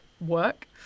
work